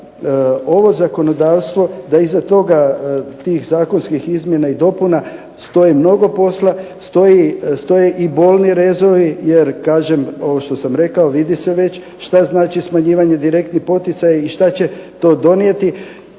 ovo zakonodavstvo, da iza tih zakonskih dopuna i izmjena stoji mnogo posla, stoje i bolni rezovi, jer kao što sam rekao vidi se već što znači smanjivanje direktni poticaji i što će to donijeti.